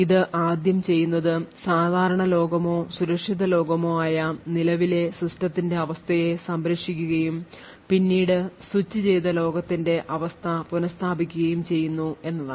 ഇത് ആദ്യം ചെയ്യുന്നത് സാധാരണ ലോകമോ സുരക്ഷിതമായ ലോകമോ ആയ നിലവിലെ systemന്റെ അവസ്ഥയെ സംരക്ഷിക്കുകയും പിന്നീട് സ്വിച്ച് ചെയ്ത ലോകത്തിന്റെ അവസ്ഥ പുനസ്ഥാപിക്കുകയും ചെയ്യുന്നു എന്നതാണ്